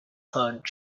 hog